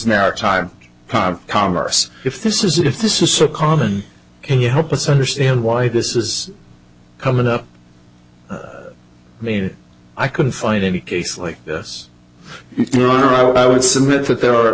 maritime commerce if this is if this is so common can you help us understand why this is coming up i mean i couldn't find any case like this you know i would submit that there are at